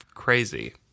crazy